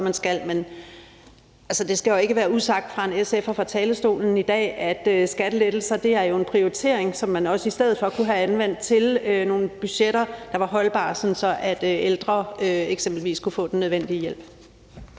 man skal, men det skal jo ikke være usagt fra en SF'er fra talerstolen i dag, at skattelettelser er en prioritering af nogle midler, som man i stedet for kunne have anvendt til at lave nogle budgetter, der var holdbare, sådan at ældre eksempelvis kunne få den nødvendige hjælp.